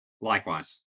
Likewise